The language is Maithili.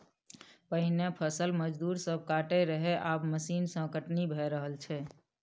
पहिने फसल मजदूर सब काटय रहय आब मशीन सँ कटनी भए रहल छै